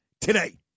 today